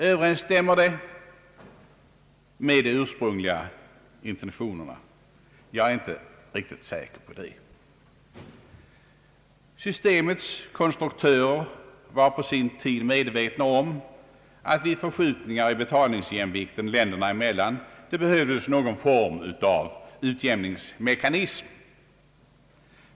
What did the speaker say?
Överensstämmer det med de ursprungliga intentionerna? Jag är inte riktigt säker på det. Systemets konstruktörer var på sin tid medvetna om att vid förskjutningar i betalningsjämvikten länderna emellan behövdes det någon form av utjämningsmekanism.